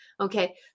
Okay